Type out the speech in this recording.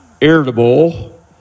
irritable